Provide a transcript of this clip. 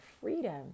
freedom